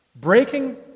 Breaking